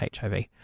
HIV